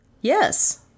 Yes